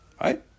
Right